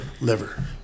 liver